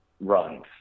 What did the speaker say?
runs